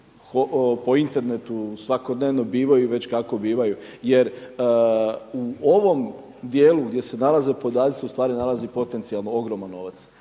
po Internetu svakodnevno bivaju i već kako bivaju. Jer, u ovom dijelu gdje se nalaze podaci ustvari se nalazi potencijalno ogroman novac.